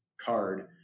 card